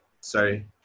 sorry